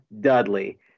Dudley